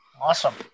Awesome